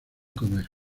comer